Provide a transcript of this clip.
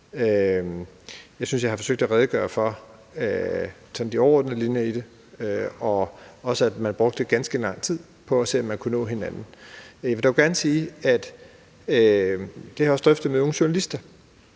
Jeg synes, jeg har forsøgt at redegøre for de overordnede linjer i det og også for, at man brugte ganske lang tid på at se, om man kunne nå hinanden. Jeg vil dog gerne sige, at jeg også har drøftet det med nogle journalister,